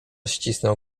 ścisnął